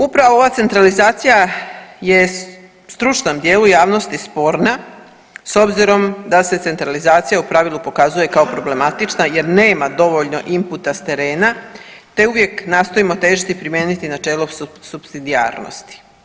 Upravo ova centralizacija je stručnom dijelu javnosti sporna s obzirom da se centralizacija u pravilu pokazuje kao problematična jer nema dovoljno imputa s terena te uvijek nastojimo težiti i primijeniti načelo supsidijarnosti.